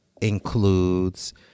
includes